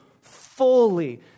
fully